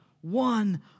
one